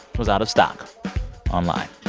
was out of stock online